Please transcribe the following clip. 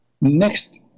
next